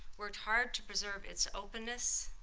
worked hard to preserve its openness,